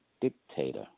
dictator